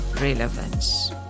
relevance